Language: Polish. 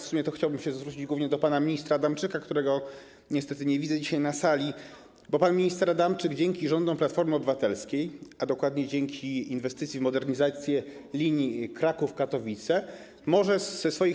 W sumie chciałbym się zwrócić głównie do pana ministra Adamczyka, którego niestety nie widzę na sali, bo pan minister Adamczyk dzięki rządom Platformy Obywatelskiej, a dokładnie dzięki inwestycji w modernizację linii Kraków - Katowice, może ze swoich